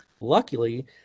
Luckily